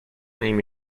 nimi